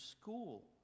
school